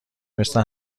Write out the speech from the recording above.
مثل